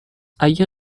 اگه